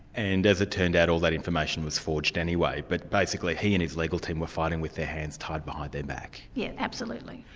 and as it turned out, all that information was forged anyway, but basically he and his legal team were fighting with their hands tied behind their back. yes, absolutely.